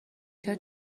چرا